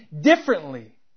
differently